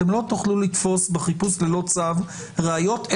אתם לא תוכלו לתפוס בחיפוש ללא צו ראיות,